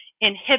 inhibit